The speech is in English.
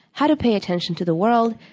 how to pay attention to the world,